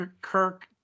Kirk